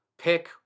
pick